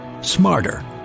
smarter